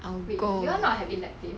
wait do you all not have elective